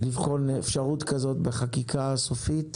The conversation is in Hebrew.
לבחון אפשרות כזאת בחקיקה הסופית.